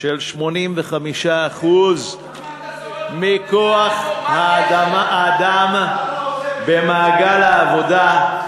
של 85% מכוח האדם במעגל העבודה.